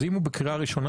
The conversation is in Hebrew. אז אם הוא בקריאה ראשונה,